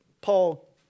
Paul